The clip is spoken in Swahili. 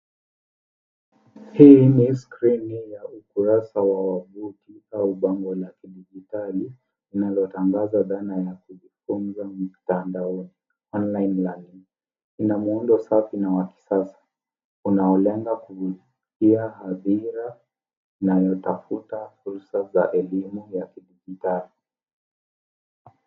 Hii ni skrini ya ukurasa wa wavuti au bango la kidijitali linalotangaza dhana ya kujifunza mtandaoni online learning . Ina muundo safi na wa kisasa unaolenga kuvutia hadhira inayotafuta fursa ya elimu ya kidijitali.